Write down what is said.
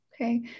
Okay